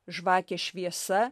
žvakės šviesa